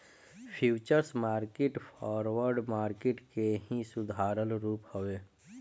futures market forward market के ही सुधारल रूप हवे